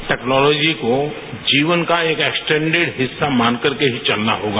अब टेक्नोलॉजी को जीवन का एक एक्सटेंडिड हिस्सा मान करके ही चलना होगा